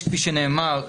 כפי שנאמר,